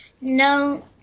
No